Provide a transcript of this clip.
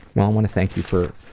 well i want to thank you for